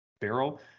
Barrel